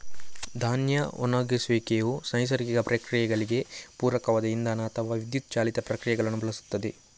ಧಾನ್ಯ ಒಣಗಿಸುವಿಕೆಯು ನೈಸರ್ಗಿಕ ಪ್ರಕ್ರಿಯೆಗಳಿಗೆ ಪೂರಕವಾದ ಇಂಧನ ಅಥವಾ ವಿದ್ಯುತ್ ಚಾಲಿತ ಪ್ರಕ್ರಿಯೆಗಳನ್ನು ಬಳಸುತ್ತದೆ